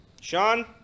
Sean